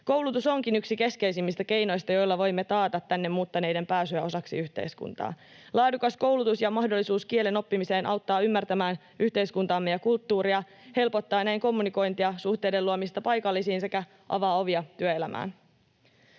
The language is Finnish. Koulutus onkin yksi keskeisimmistä keinoista, joilla voimme taata tänne muuttaneiden pääsyä osaksi yhteiskuntaa. Laadukas koulutus ja mahdollisuus kielen oppimiseen auttavat ymmärtämään yhteiskuntaamme ja kulttuuria, helpottavat näin kommunikointia, suhteiden luomista paikallisiin sekä avaavat ovia työelämään.